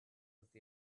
with